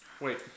Wait